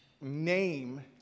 name